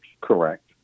Correct